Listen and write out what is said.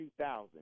2000